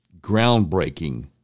groundbreaking